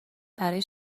برای